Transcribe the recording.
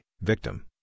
Victim